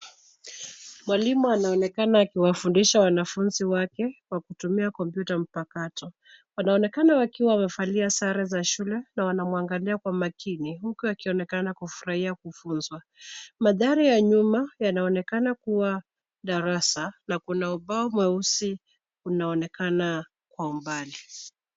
Mwalimu anaonekana akiwafundisha wanafunzi wake kwa kutumia kompyuta mpakato. Wanaonekana wakiwa wamevalia sare za shule na wanamuangalia kwa makini huku wakionekana kufurahia kufunzwa .Mandhari ya nyuma yanaonekana kuwa darasa na kuna ubao mweusi unaonekana kwa umbali.